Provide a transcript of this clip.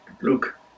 look